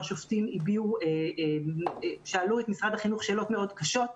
השופטים שאלו את משרד החינוך שאלות מאוד קשות.